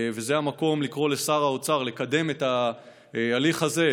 וזה המקום לקרוא לשר האוצר לקדם את התהליך הזה.